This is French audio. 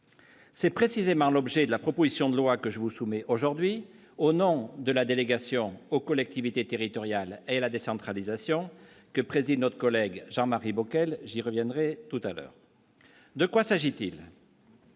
C'est précisément l'objet de la proposition de loi que je vous soumets aujourd'hui au nom de la délégation aux collectivités territoriales et la décentralisation que préside notre collègue Jean-Marie Bockel, j'y reviendrai tout à l'heure, de quoi s'agit-il.